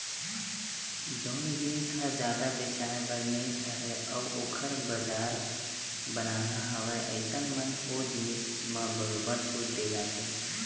जउन जिनिस ह जादा बेचाये बर नइ धरय अउ ओखर बजार बनाना हवय अइसन म ओ जिनिस म बरोबर छूट देय जाथे